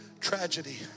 tragedy